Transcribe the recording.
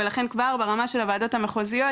ולכן כבר ברמה של הוועדות המחוזיות,